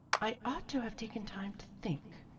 i ought to have taken time to think,